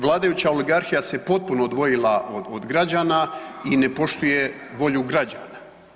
Vladajuća oligarhija se potpuno odvojila od građana i ne poštuje volju građana.